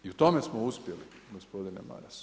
I u tome smo uspjeli, gospodine Maras.